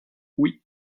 oui